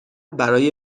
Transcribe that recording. برای